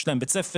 יש להם בית ספר,